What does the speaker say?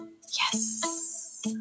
Yes